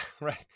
Right